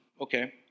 okay